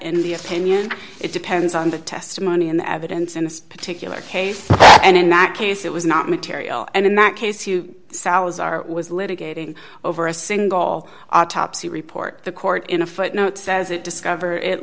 in the opinion it depends on the testimony and the evidence in this particular case and in that case it was not material and in that case you salazar was litigating over a single autopsy report the court in a footnote says it discover it